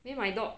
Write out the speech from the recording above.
then my dog